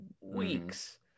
weeks